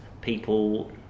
people